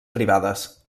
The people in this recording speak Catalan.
privades